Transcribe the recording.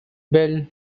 bell